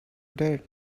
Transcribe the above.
did